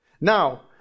Now